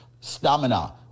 stamina